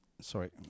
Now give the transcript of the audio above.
Sorry